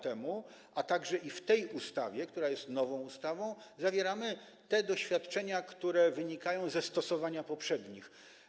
Także w tej ustawie, która jest nową ustawą, zawieramy te doświadczenia, które wynikają ze stosowania poprzednich.